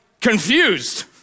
confused